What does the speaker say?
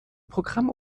programm